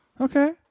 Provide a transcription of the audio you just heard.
Okay